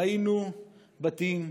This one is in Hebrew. ראינו בתים,